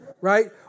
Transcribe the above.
Right